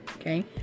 Okay